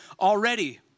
already